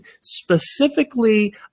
specifically